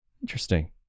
Interesting